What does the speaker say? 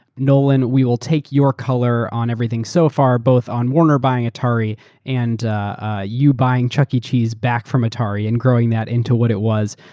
nolan, we will take your color on everything so far, both on warner buying atari and ah you buying chuck e. cheese back from atari and growing that into what it was.